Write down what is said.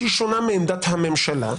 שהיא שונה מעמדת הממשלה.